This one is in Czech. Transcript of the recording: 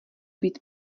být